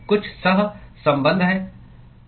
कुछ सहसंबंध हैं